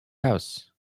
house